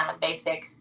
basic